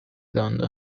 döndü